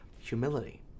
humility